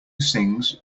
sings